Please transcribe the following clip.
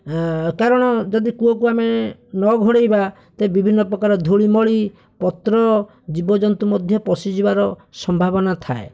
କାରଣ ଯଦି କୂଅକୁ ଆମେ ନ ଘୋଡ଼େଇବା ତେବେ ବିଭିନ୍ନପ୍ରକାର ଧୂଳିମଳି ପତ୍ର ଜୀବଜନ୍ତୁ ମଧ୍ୟ ପଶିଯିବାର ସମ୍ଭାବନା ଥାଏ